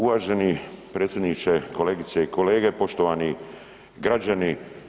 Uvaženi predsjedniče, kolegice i kolege, poštovani građani.